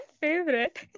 favorite